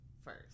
first